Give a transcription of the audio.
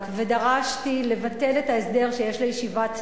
ודרשתי לבטל את ההסדר שיש לישיבת "ניר",